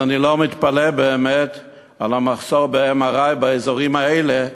אני לא מתפלא באמת על המחסור ב-MRI באזורים האלה,